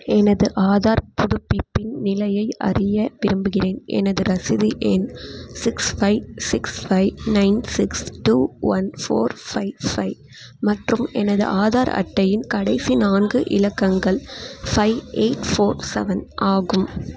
எனது ஆதார் புதுப்பிப்பின் நிலையை அறிய விரும்புகிறேன் எனது ரசீது எண் six five six five nine six two one four five five மற்றும் எனது ஆதார் அட்டையின் கடைசி நான்கு இலக்கங்கள் ஃபைவ் எயிட் ஃபோர் செவன் ஆகும்